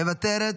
מוותרת,